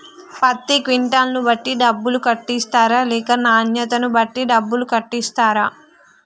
పత్తి క్వింటాల్ ను బట్టి డబ్బులు కట్టిస్తరా లేక నాణ్యతను బట్టి డబ్బులు కట్టిస్తారా?